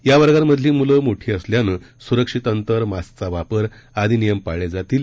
या वर्गांमधली मुलं मोठी असल्यानं सुरक्षित अंतर मास्कचा वापर आदी नियम पाळले जातील